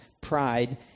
pride